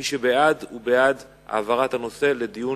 מי שבעד, הוא בעד העברת הנושא לדיון